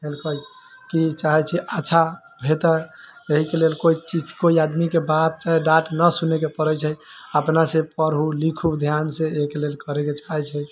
की चाहै छै अच्छा हेतै तऽ एहिके लेल कोइ चीज कोइ आदमी के बात चाहे डाँट ना सुनय के परै छै अपना से पढू लिखू ध्यान से एहिके लेल करय के चाहै छै